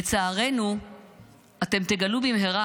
לצערנו אתם תגלו במהרה,